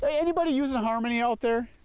anybody using harmony out there?